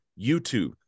YouTube